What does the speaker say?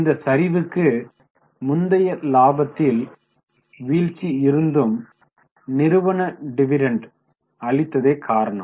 இந்த சரிவுக்கு முந்தைய இலாபத்தில் வீழ்ச்சி இருந்தும் நிறுவன டிவிடெண்ட் அளித்ததே காரணம்